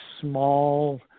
small